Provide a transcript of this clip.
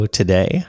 today